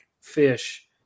fish